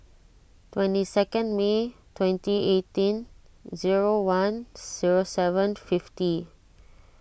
twenty second May twenty eighteen zero one zero seven fifty